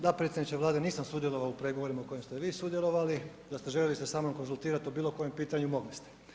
Da, predsjedniče Vlade nisam sudjelovao u pregovorima u kojima ste vi sudjelovali, da ste se željeli sa mnom konzultirati o bilo kojem pitanju mogli ste.